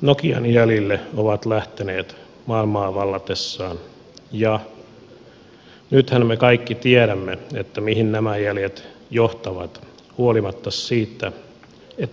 nokian jäljille ovat lähteneet maailmaa vallatessaan ja nythän me kaikki tiedämme mihin nämä jäljet johtavat huolimatta siitä